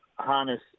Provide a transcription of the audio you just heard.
Harness